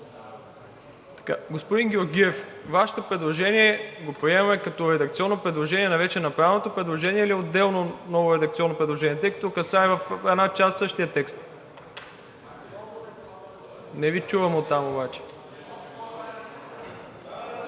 Господин Георгиев, Вашето предложение го приемаме като редакционно предложение на вече направеното предложение или отделно ново редакционно предложение, тъй като касае една част същия текст? (Уточнения между